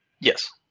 Yes